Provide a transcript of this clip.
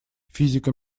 физика